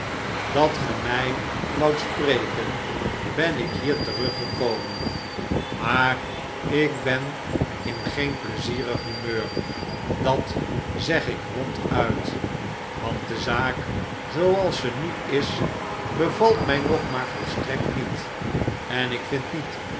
dat ge mij woudt spreken ben ik hier teruggekomen maar ik ben in geen pleizierig humeur dat zeg ik ronduit want de zaak zooals ze nu is bevalt mij nog maar volstrekt niet en ik vind niet